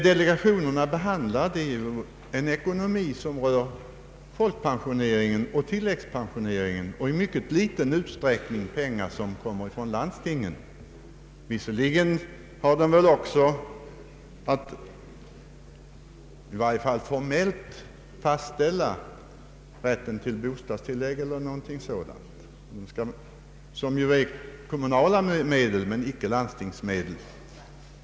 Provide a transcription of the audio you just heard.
Delegationerna har ju att handlägga ekonomiska frågor som rör folkpensioneringen och tilläggspensioneringen och det gäller i mycket liten utsträckning pengar från landstingen. Visserligen har pensionsdelegationerna också att i varje fall formellt fastställa rätten till bostadstillägg, men sådana utgår som bekant från kommunala medel och icke från landstingsmedel.